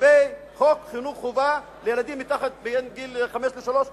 לגבי חוק חינוך חובה לילדים בין גיל שלוש לחמש,